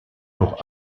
pour